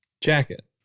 Jacket